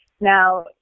Now